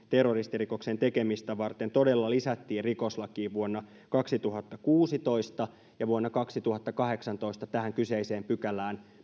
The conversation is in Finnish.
terroristirikoksen tekemistä varten todella kriminalisoitiin lisättiin rikoslakiin vuonna kaksituhattakuusitoista ja vuonna kaksituhattakahdeksantoista tähän kyseiseen pykälään